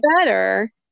better